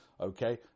okay